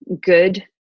good